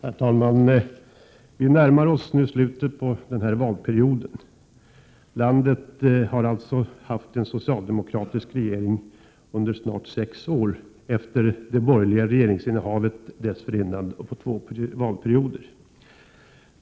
Herr talman! Vi närmar oss nu slutet på denna valperiod. Landet har styrts av en socialdemokratisk regering under snart sex år, efter det borgerliga regeringsinnehavet dessförinnan under två valperioder.